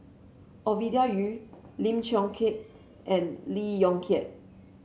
Ovidia Yu Lim Chong Keat and Lee Yong Kiat